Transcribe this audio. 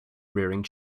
rearing